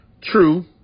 True